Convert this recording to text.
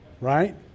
Right